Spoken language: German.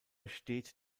steht